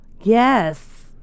Yes